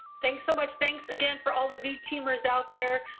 thanks so much, thanks again for all the v teamers out there.